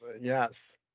Yes